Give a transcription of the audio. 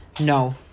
No